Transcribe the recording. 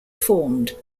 formed